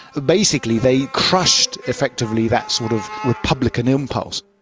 basically they crushed effectively that sort of republican impulse.